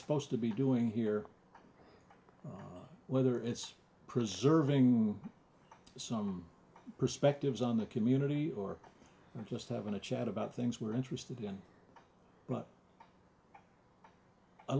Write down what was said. supposed to be doing here whether it's preserving some perspectives on the community or just having a chat about things we're interested in but i